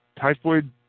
Typhoid